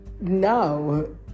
No